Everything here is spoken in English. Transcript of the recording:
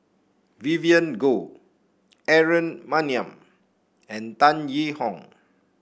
Vivien Goh Aaron Maniam and Tan Yee Hong